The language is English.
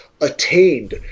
attained